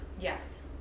Yes